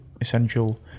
essential